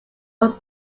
was